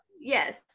yes